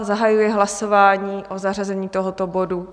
Zahajuji hlasování o zařazení tohoto bodu.